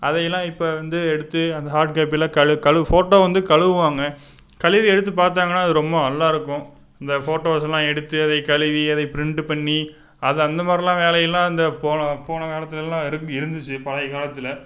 அதையெல்லாம் இப்போ வந்து எடுத்து அந்த ஹார்ட் காப்பியெலாம் கழுவி ஃபோட்டோ வந்து கழுவுவாங்க கழுவி எடுத்து பார்த்தாங்கன்னா அது ரொம்ப நல்லாயிருக்கும் இந்த ஃபோட்டோஸெலாம் எடுத்து அதை கழுவி அதை பிரிண்டு பண்ணி அது அந்த மாதிரில்லாம் வேலையெல்லாம் அந்த போன போன காலத்தில் எல்லாம் இருந்து இருந்துச்சு பழைய காலத்தில்